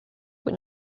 when